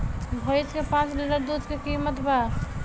भईस के पांच लीटर दुध के कीमत का बा?